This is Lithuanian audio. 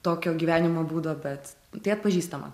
tokio gyvenimo būdo bet tai atpažįstama